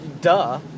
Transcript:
duh